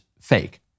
fake